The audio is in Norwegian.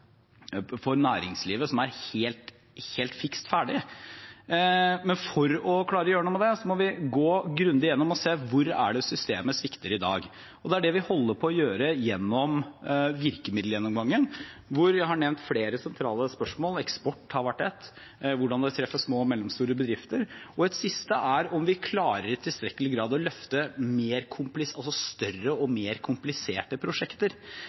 se på hvor systemet svikter i dag. Og det er det vi er i ferd med å gjøre gjennom virkemiddelgjennomgangen, hvor jeg har nevnt flere sentrale spørsmål. Eksport har vært ett, hvordan det treffer små og mellomstore bedrifter, et siste er om vi i tilstrekkelig grad klarer å løfte større og mer kompliserte prosjekter, eller om det er en fare for at store prosjekter